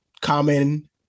common